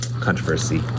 controversy